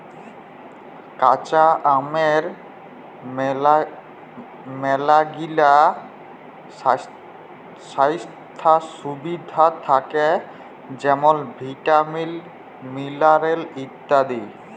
কাঁচা আমের ম্যালাগিলা স্বাইস্থ্য সুবিধা থ্যাকে যেমল ভিটামিল, মিলারেল ইত্যাদি